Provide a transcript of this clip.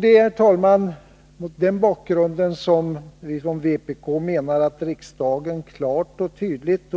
Det är, herr talman, mot den bakgrunden som vi från vpk menar att riksdagen klart och tydligt